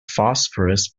phosphorus